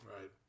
Right